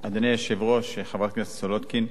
אדוני היושב-ראש, חברת הכנסת סולודקין,